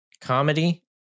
comedy